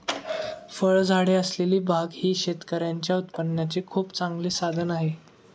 फळझाडे असलेली बाग ही शेतकऱ्यांच्या उत्पन्नाचे खूप चांगले साधन आहे